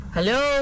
Hello